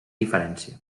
diferència